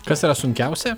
kas yra sunkiausia